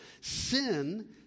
sin